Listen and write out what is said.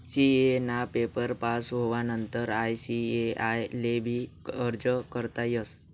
CA ना paper pass होवानंतर ICAI ले भी अर्ज करता येस